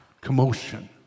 commotion